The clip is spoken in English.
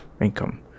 income